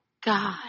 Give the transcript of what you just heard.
God